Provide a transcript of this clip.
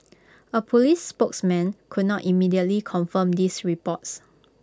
A Police spokesman could not immediately confirm these reports